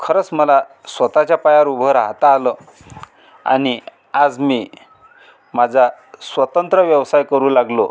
खरच मला स्वताच्या पायावर उभ राहता आलं आनी आज मी माझा स्वतंत्र व्यवसाय करू लागलो